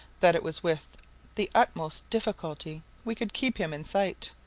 that it was with the utmost difficulty we could keep him in sight.